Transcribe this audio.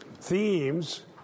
themes